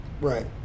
right